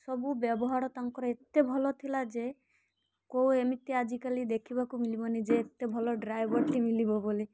ସବୁ ବ୍ୟବହାର ତାଙ୍କର ଏତେ ଭଲ ଥିଲା ଯେ କେଉଁ ଏମିତି ଆଜିକାଲି ଦେଖିବାକୁ ମିଳିବନି ଯେ ଏତେ ଭଲ ଡ୍ରାଇଭର୍ଟି ମିଳିବ ବୋଲି